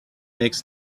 makes